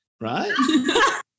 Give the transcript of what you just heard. right